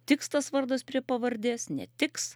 tiks tas vardas prie pavardės netiks